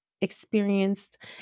experienced